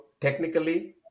technically